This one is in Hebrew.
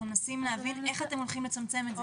אנחנו מנסים להבין איך אתם הולכים לצמצם את זה.